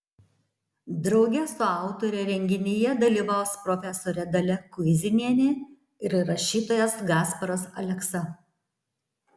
drauge su autore renginyje dalyvaus profesorė dalia kuizinienė ir rašytojas gasparas aleksa